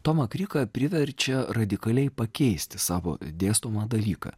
tomą kryką priverčia radikaliai pakeisti savo dėstomą dalyką